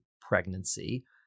pregnancy